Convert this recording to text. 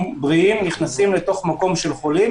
בריאים נכנסים לתוך מקום של חולים,